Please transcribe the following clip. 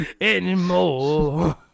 anymore